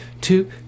two